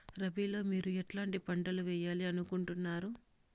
రబిలో మీరు ఎట్లాంటి పంటలు వేయాలి అనుకుంటున్నారు?